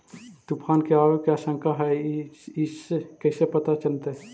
तुफान के आबे के आशंका है इस कैसे पता चलतै?